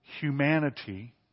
humanity